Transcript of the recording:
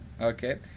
Okay